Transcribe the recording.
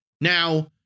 Now